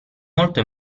molto